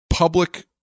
public